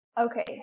Okay